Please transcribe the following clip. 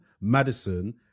Madison